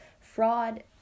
fraud